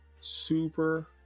Super